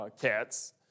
cats